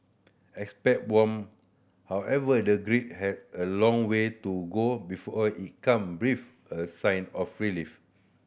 expert warm however the Greek has a long way to go before it can breathe a sigh of relief